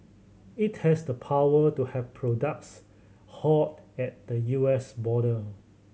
it has the power to have products halted at the U S border